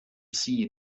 see